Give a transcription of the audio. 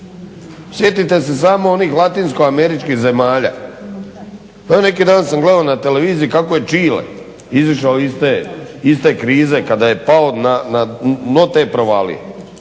Sjetite se samo onih Latinsko Američkih zemalja, neki dan sam gledao na TV kako je Čile izašao iz te krize kada je pao na dno te provalije